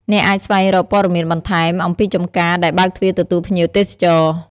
អ្នកអាចស្វែងរកព័ត៌មានបន្ថែមអំពីចម្ការដែលបើកទ្វារទទួលភ្ញៀវទេសចរ។